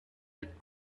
that